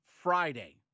Friday